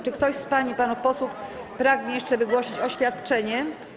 Czy ktoś z pań i panów posłów pragnie jeszcze wygłosić oświadczenie?